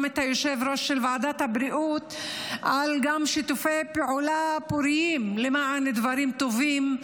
את היושב-ראש של ועדת הבריאות על שיתופי פעולה פוריים למען דברים טובים,